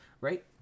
right